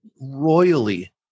royally